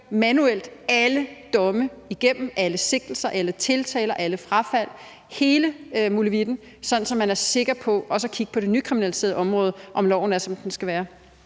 kigger alle domme, alle sigtelser, alle tiltaler, alle frafald og hele molevitten igennem, sådan at man er sikker på også at kigge på det nykriminaliserede område, i forhold til om loven er, som den skal være?